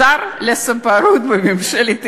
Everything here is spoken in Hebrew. שר לסַפָּרות בממשלת ישראל.